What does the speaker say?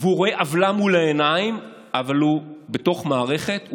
הוא רואה עוולה מול העיניים אבל הוא בתוך מערכת.